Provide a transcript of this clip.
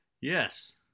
Yes